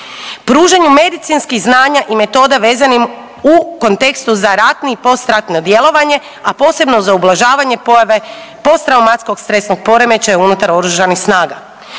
pružanju medicinskih znanja i metoda vezanim u kontekstu za ratni i postratno djelovanje, a posebno za ublažavanje pojave posttraumatskog stresnog poremećaja unutar oružanih snaga,